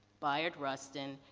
biard ruston,